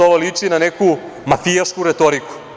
Ovo liči na neku mafijašku retoriku.